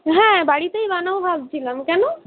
হ্যাঁ বাড়িতেই বানাব ভাবছিলাম কেন